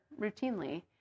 routinely